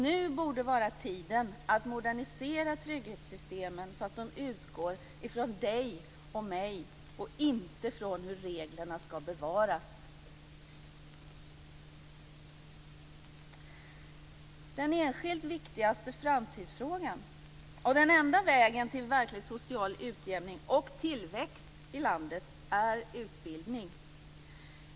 Nu borde det vara tid att modernisera trygghetssystemen så att de utgår från dig och mig och inte från hur reglerna ska bevaras. Den enskilt viktigaste framtidsfrågan och den enda vägen till verklig social utjämning och tillväxt i landet är utbildning.